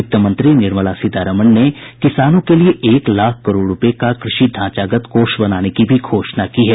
वित्तमंत्री निर्मला सीतारामन ने किसानों के लिए एक लाख करोड़ रूपये का कृषि ढांचागत कोष बनाने की भी घोषणा की है